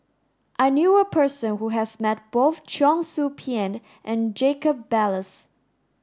I knew a person who has met both Cheong Soo Pieng and Jacob Ballas